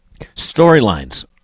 Storylines